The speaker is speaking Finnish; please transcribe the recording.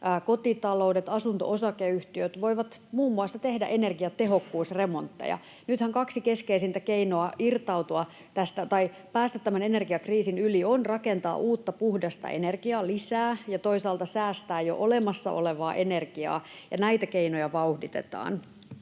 kotitaloudet, asunto-osakeyhtiöt voivat muun muassa tehdä energiatehokkuusremontteja. Nythän kaksi keskeisintä keinoa päästä tämän energiakriisin yli ovat rakentaa uutta puhdasta energiaa lisää ja toisaalta säästää jo olemassa olevaa energiaa, ja näitä keinoja vauhditetaan.